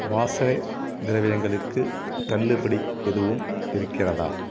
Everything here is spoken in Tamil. வாசனைத் திரவியங்களுக்கு தள்ளுபடி எதுவும் இருக்கிறதா